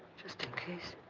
just in case.